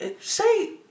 Say